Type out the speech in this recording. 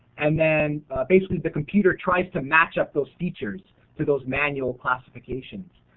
and then basically the computer tries to match up those features through those manual classifications.